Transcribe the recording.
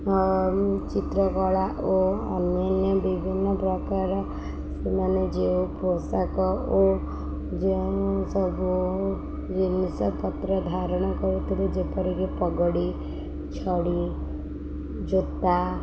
ଚିତ୍ରକଳା ଓ ଅନ୍ୟାନ୍ୟ ବିଭିନ୍ନ ପ୍ରକାର ସେମାନେ ଯେଉଁ ପୋଷାକ ଓ ଯେଉଁ ସବୁ ଜିନିଷପତ୍ର ଧାରଣ କରୁଥିଲେ ଯେପରିକି ପଗଡ଼ି ଛଡ଼ି ଜୋତା